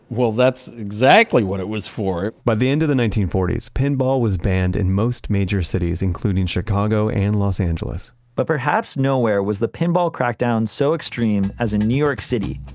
well, that's exactly what it was for it by the end of the nineteen forty s, pinball was banned in most major cities, including chicago and los angeles but perhaps nowhere was the pinball crackdown so extreme as in new york city,